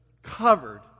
Covered